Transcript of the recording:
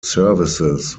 services